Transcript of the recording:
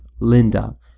Linda